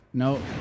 No